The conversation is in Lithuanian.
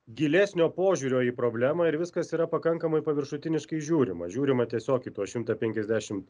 gilesnio požiūrio į problemą ir viskas yra pakankamai paviršutiniškai žiūrima žiūrima tiesiog į tuos šimtą penkiasdešim